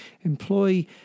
employ